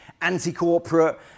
anti-corporate